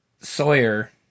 Sawyer